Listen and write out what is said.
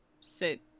sit